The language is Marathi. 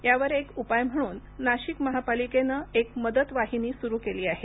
यावर एक उपाय म्हणून नाशिक महापालिकेनं एक मदतवाहिनी वाहिनी सुरु केली आहे